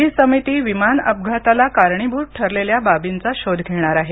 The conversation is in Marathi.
ही समिती विमान अपघाताला कारणीभूत ठरलेल्या बाबींचा शोध घेणार आहे